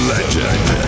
Legend